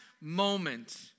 moment